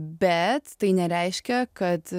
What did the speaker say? bet tai nereiškia kad